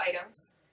items